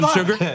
sugar